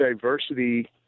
diversity